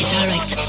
direct